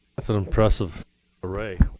that's an impressive array.